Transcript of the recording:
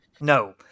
no